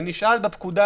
בפקודה